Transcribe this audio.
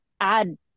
add